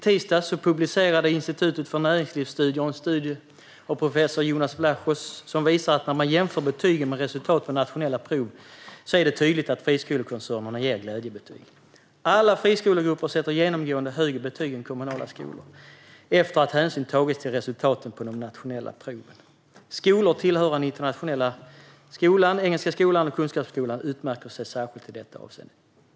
I tisdags publicerade Institutet för Näringslivsforskning en studie av professor Jonas Vlachos som visar att det när man jämför betyg med resultat på nationella prov blir tydligt att friskolekoncernerna ger glädjebetyg. Alla friskolegrupper sätter genomgående högre betyg än kommunala skolor efter att hänsyn tagits till resultaten på de nationella proven. Skolor tillhörande Internationella Engelska Skolan och Kunskapsskolan utmärker sig särskilt i detta avseende.